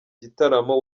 gitaramo